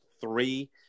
three